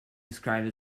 described